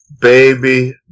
baby